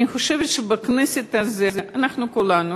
אני חושבת שבכנסת הזאת אנחנו כולנו,